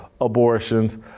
abortions